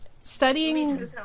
studying